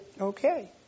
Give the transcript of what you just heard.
Okay